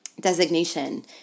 designation